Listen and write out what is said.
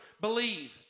believe